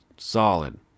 solid